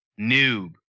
noob